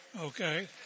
Okay